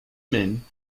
men